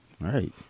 Right